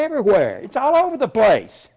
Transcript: everywhere it's all over the place